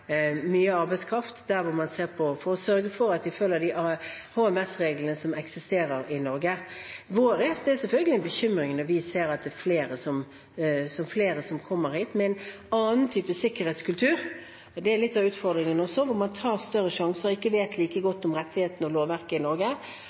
mye arbeidskraft, for å sørge for at de følger HMS-reglene i Norge. Det er selvfølgelig en bekymring når vi ser at det er flere som kommer hit med en annen type sikkerhetskultur – det er litt av utfordringen også – hvor man tar større sjanser og ikke vet like